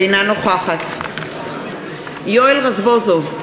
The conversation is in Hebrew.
אינה נוכחת יואל רזבוזוב,